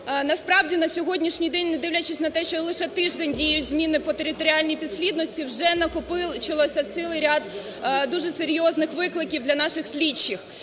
Насправді на сьогоднішній день, не дивлячись на те, що лише тиждень діють зміни по територіальній підслідності, вже накопичився цілий ряд дуже серйозних викликів для наших слідчих.